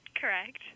Correct